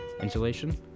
insulation